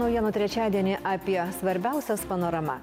naujienų trečiadienį apie svarbiausias panorama